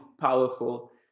powerful